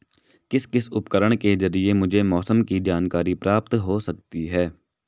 किस किस उपकरण के ज़रिए मुझे मौसम की जानकारी प्राप्त हो सकती है?